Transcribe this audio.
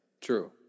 true